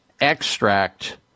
Extract